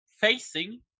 facing